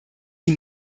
sie